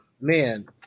Man